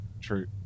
true